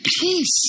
peace